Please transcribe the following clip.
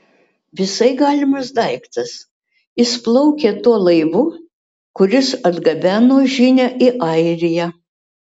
visai galimas daiktas jis plaukė tuo laivu kuris atgabeno žinią į airiją